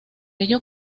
ello